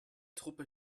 truppe